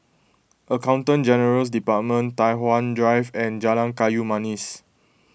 Accountant General's Department Tai Hwan Drive and Jalan Kayu Manis